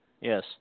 Yes